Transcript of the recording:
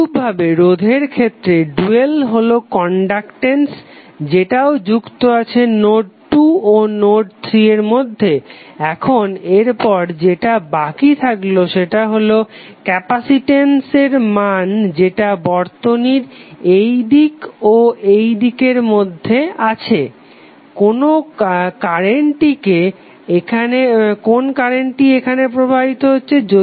অনুরূপভাবে রোধের ক্ষেত্রে ডুয়াল হলো কনডাকটেন্স যেটাও যুক্ত আছে নোড 2 ও নোড 3 এর মধ্যে এখন এরপর যেটা বাকি থাকলো সেটা হলো ক্যাপাসিটেন্স এর মান যেটা বর্তনীর এই দিক ও এই দিকের মধ্যে আছে কোন কারেন্টটি এখানে প্রবাহিত হচ্ছে